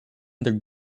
their